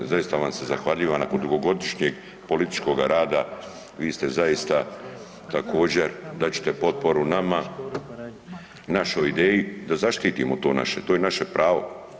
Zaista vam se zahvaljujem nakon dugogodišnjeg političkoga rada vi ste zaista također dat ćete potporu nama, našoj ideji da zaštitimo to naše to je naše pravo.